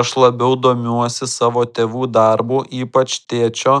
aš labiau domiuosi savo tėvų darbu ypač tėčio